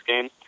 game